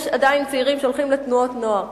יש עדיין צעירים שהולכים לתנועות נוער,